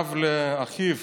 מכתב לאחיו